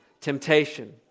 temptation